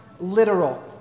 literal